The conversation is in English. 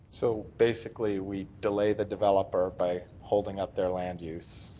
so basically we delay the developer by holding up their land use,